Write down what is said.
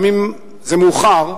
גם אם זה מאוחר,